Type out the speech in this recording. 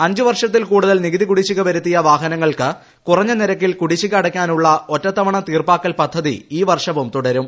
അഞ്ച് വർഷത്തിൽ കൂടുതൽ നികുതി കുടിശ്ശിക വരുത്തിയ വാഹനങ്ങൾക്ക് കുറഞ്ഞ നിരക്കിൽ കുടിശ്ശിക അടയ്ക്കാനുള്ള ഒറ്റത്തവണ തീർപ്പാക്കൽ പദ്ധതി ഈ വർഷവും തുടരും